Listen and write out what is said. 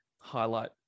highlight